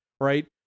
right